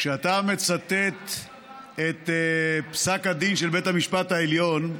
כשאתה מצטט את פסק הדין של בית המשפט העליון,